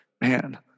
man